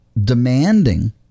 demanding